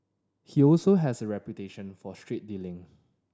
he also has a reputation for straight dealing